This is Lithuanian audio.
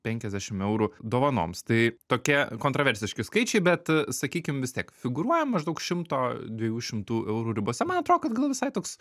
penkiasdešim eurų dovanoms tai tokie kontraversiški skaičiai bet sakykim vis tiek figūruoja maždaug šimto dviejų šimtų eurų ribose man atro kad gal visai toks